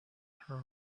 her